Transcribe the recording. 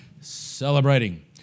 celebrating